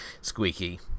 Squeaky